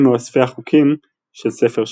הן מאוספי החוקים של ספר שמות.